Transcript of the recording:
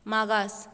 मागास